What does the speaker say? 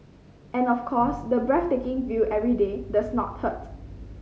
and of course the breathtaking view every day does not hurt